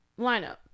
lineup